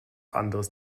anderes